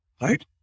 right